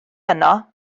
yno